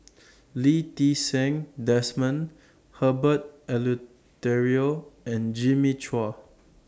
Lee Ti Seng Desmond Herbert Eleuterio and Jimmy Chua